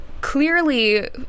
clearly